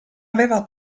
aveva